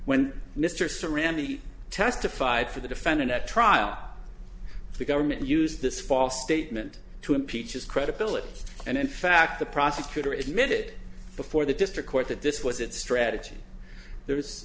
when mr serrano he testified for the defendant at trial the government used this false statement to impeach his credibility and in fact the prosecutor is admitted before the district court that this was its strategy there